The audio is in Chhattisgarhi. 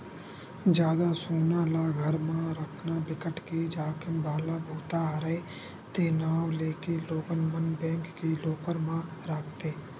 जादा सोना ल घर म राखना बिकट के जाखिम वाला बूता हरय ते नांव लेके लोगन मन बेंक के लॉकर म राखथे